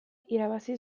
irabazi